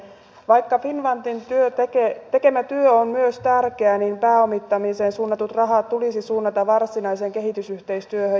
vaikka finnfundin tekemä työ on myös tärkeä niin pääomittamiseen suunnatut rahat tulisi suunnata varsinaiseen kehitysyhteistyöhön